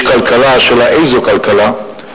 יש כלכלה של ה"איזו כלכלה?",